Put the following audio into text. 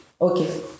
Okay